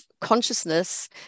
consciousness